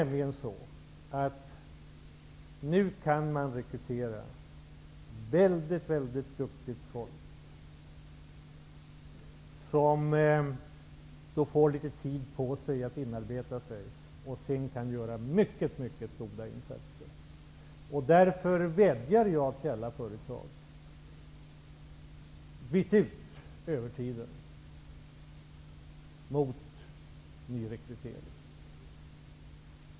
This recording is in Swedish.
Man kan nu rekrytera mycket duktigt folk, som efter en kort tids inarbetning kan göra mycket goda insatser. Jag vädjar därför till alla företag att byta övertiden mot nyrekrytering.